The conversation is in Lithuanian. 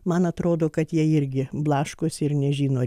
man atrodo kad jie irgi blaškosi ir nežino ar